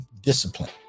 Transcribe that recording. discipline